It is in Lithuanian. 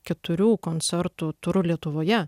keturių koncertų turu lietuvoje